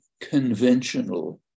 conventional